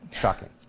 Shocking